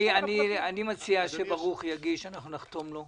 אני מציע שברוכי יגיש ואנחנו נחתום לו.